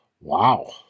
Wow